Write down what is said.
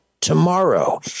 tomorrow